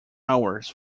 hours